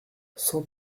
cent